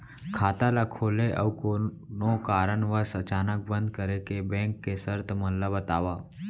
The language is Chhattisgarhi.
खाता ला खोले अऊ कोनो कारनवश अचानक बंद करे के, बैंक के शर्त मन ला बतावव